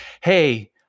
hey